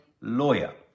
lawyer